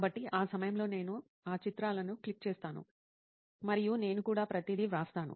కాబట్టి ఆ సమయంలో నేను ఆ చిత్రాలను క్లిక్ చేస్తాను మరియు నేను కూడా ప్రతిదీ వ్రాస్తాను